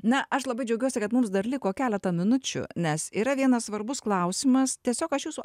na aš labai džiaugiuosi kad mums dar liko keletą minučių nes yra vienas svarbus klausimas tiesiog aš jūsų